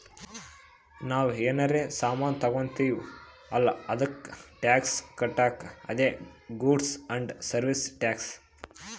ನಾವ್ ಏನರೇ ಸಾಮಾನ್ ತಗೊತ್ತಿವ್ ಅಲ್ಲ ಅದ್ದುಕ್ ಟ್ಯಾಕ್ಸ್ ಕಟ್ಬೇಕ್ ಅದೇ ಗೂಡ್ಸ್ ಆ್ಯಂಡ್ ಸರ್ವೀಸ್ ಟ್ಯಾಕ್ಸ್